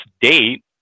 date